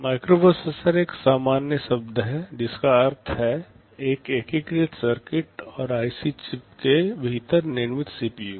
microprocessor एक सामान्य शब्द है जिसका अर्थ है एक एकीकृत सर्किट या आईसी चिप के भीतर निर्मित सीपीयू